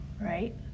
right